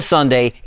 Sunday